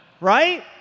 right